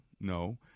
No